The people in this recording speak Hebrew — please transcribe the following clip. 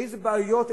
איזה בעיות,